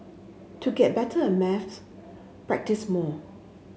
to get better at maths practise more